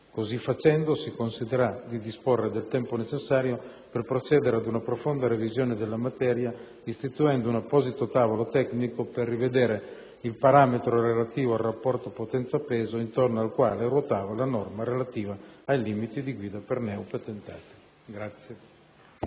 Così facendo si consentirà di disporre del tempo necessario per procedere ad una profonda revisione della materia, istituendo un apposito tavolo tecnico per rivedere il parametro relativo al rapporto potenza/peso intorno al quale ruotava la norma relativa ai limiti di guida per i neopatentati.